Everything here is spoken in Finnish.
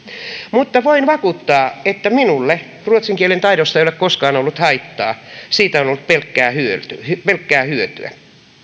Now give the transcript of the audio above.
mutta voin vakuuttaa että minulle ruotsin kielen taidosta ei ole koskaan ollut haittaa siitä on ollut pelkkää hyötyä pelkkää hyötyä